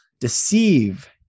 deceive